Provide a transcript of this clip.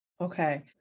Okay